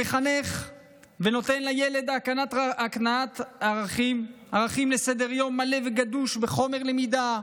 המחנך מקנה לילד ערכים וסדר-יום מלא וגדוש בחומר למידה,